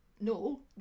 No